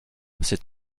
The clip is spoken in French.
s’est